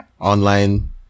online